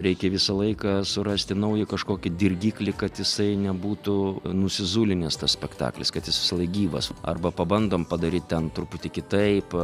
reikia visą laiką surasti naują kažkokį dirgiklį kad jisai nebūtų nusizulinęs tas spektaklis kad jis visąlaik gyvas arba pabandom padaryt ten truputį kitaip